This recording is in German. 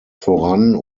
voran